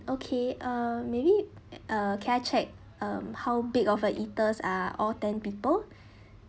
okay uh maybe uh can i check um how big of uh eaters are all ten people